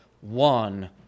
One